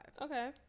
Okay